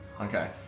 Okay